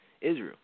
Israel